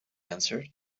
answered